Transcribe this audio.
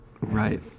Right